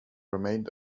remained